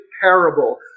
parable